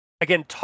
again